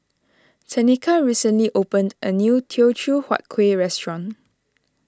Tenika recently opened a new Teochew Huat Kuih restaurant